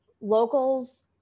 locals